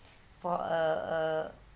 for a a